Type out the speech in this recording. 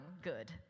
good